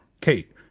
Kate